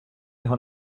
його